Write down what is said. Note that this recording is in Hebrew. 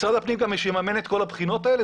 משרד הפנים יממן את הבחינות האלה?